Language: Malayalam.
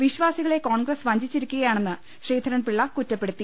വിശ്വാസികളെ കോൺഗ്രസ് വഞ്ചിച്ചിരിക്കുകയാണെന്ന് ഗ്രൂീധരൻപിളള കുറ്റപ്പെടുത്തി